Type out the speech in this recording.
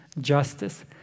justice